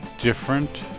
different